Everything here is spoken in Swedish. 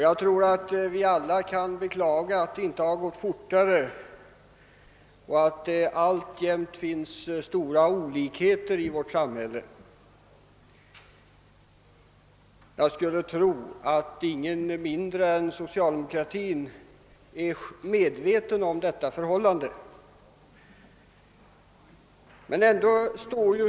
Vi kan väl alla beklaga att utvecklingen inte har gått fortare än att det alltjämt finns stora olikheter i vårt samhälle. Jag skulle tro att ingen är mer medveten om detta förhållande än socialdemokratin.